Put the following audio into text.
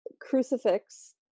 crucifix